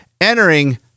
entering